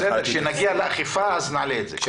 כשנגיע לאכיפה, נעלה את זה.